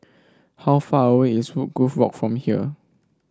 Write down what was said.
how far away is Woodgrove Walk from here